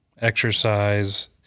exercise